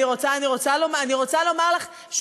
אני רוצה לומר לך,